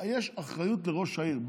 יש אחריות לראש העיר.